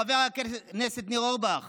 חבר הכנסת ניר אורבך